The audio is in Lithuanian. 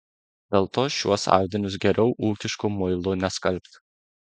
dėl to šiuos audinius geriau ūkišku muilu neskalbti